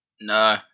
No